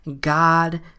God